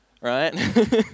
Right